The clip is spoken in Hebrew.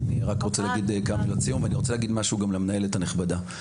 אני אשמח לפני כן לומר כמה מילות סיום וגם לומר משהו למנהלת הנכבדה.